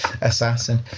assassin